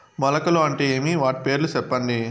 మొలకలు అంటే ఏమి? వాటి పేర్లు సెప్పండి?